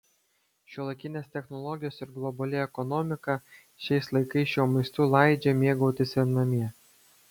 šiuolaikinės technologijos ir globali ekonomika šiais laikais šiuo maistu laidžia mėgautis ir namie